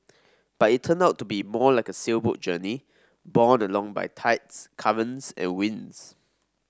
but it turned out to be more like a sailboat journey borne along by tides currents and winds